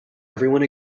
everyone